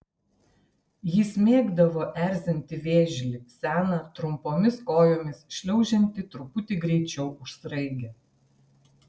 jis mėgdavo erzinti vėžlį seną trumpomis kojomis šliaužiantį truputį greičiau už sraigę